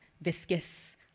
viscous